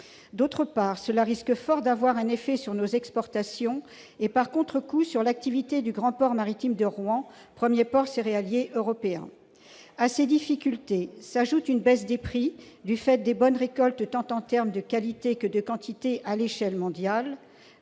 Au reste, cela risque fort d'avoir un effet sur nos exportations et, par contrecoup, sur l'activité du Grand port maritime de Rouen, premier port céréalier européen. À ces difficultés s'ajoute une baisse des prix, du fait des bonnes récoltes enregistrées, sur le plan tant de la qualité que de la quantité, à l'échelle mondiale.